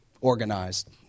organized